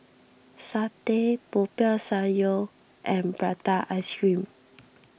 Satay Popiah Sayur and Prata Ice Cream